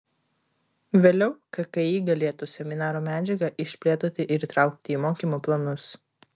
vėliau kki galėtų seminaro medžiagą išplėtoti ir įtraukti į mokymo planus